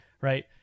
Right